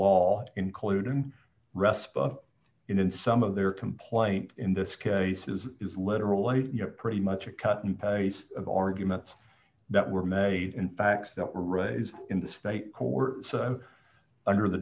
law including rest of in some of their complaint in this case is literally pretty much a cut and paste of the arguments that were made in fact that were raised in the state court so under the